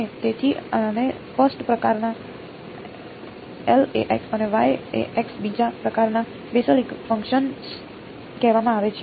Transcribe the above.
તેથી આને ફર્સ્ટ પ્રકારનાં અને બીજા પ્રકારનાં બેસેલ ફંકશન કહેવામાં આવે છે